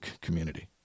community